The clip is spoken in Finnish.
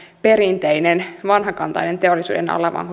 perinteinen vanhakantainen teollisuudenala vaan